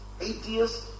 Atheist